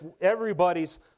everybody's